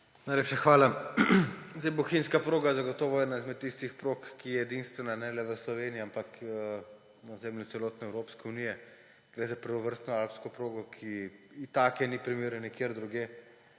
Najlepša hvala. Bohinjska proga zagotovo ena izmed tistih prog, ki je edinstvena ne le v Sloveniji, ampak na ozemlju celotne Evropske unije. Gre za prvovrstno alpsko progo, ki ji take ni primere nikjer drugje